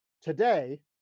today